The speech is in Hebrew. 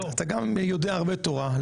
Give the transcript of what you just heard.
אתה גם יודע הרבה תורה,